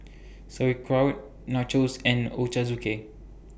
Sauerkraut Nachos and Ochazuke